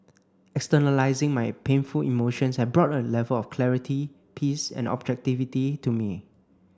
externalising my painful emotions had brought a level of clarity peace and objectivity to me